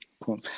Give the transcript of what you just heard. cool